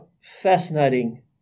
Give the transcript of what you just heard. fascinating